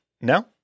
No